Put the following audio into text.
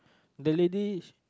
the lady